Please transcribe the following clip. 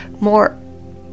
more